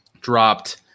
dropped